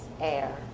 air